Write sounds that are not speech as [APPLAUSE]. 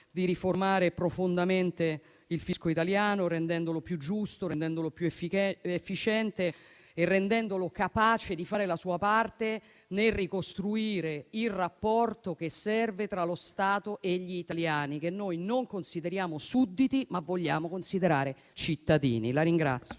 di riformare profondamente il fisco italiano, rendendolo più giusto, più efficiente e capace di fare la sua parte nel ricostruire il rapporto che serve tra lo Stato e gli italiani, che noi non consideriamo sudditi, ma vogliamo considerare cittadini. [APPLAUSE]